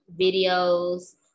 videos